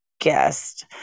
guest